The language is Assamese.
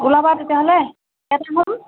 ওলাবা তেতিয়াহ'লে